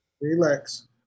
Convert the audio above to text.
Relax